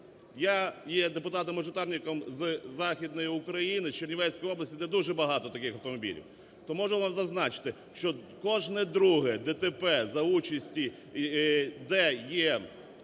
Я є депутатом-мажоритарником з західної України Чернівецької області, де дуже багато таких автомобілів. То можу вам зазначити, що кожне друге ДТП за участі,